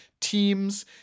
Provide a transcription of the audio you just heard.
teams